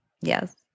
Yes